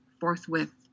forthwith